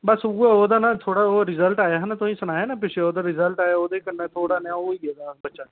बस उ'ऐ ओह्दा ना थोह्ड़ा रिजल्ट आया हा ना तुसें सनाया हा ना पिच्छे जेह् ओह्दा रिजल्ट आया ओह्दे कन्नै ओह् होई गेदा थोह्ड़ा बच्चा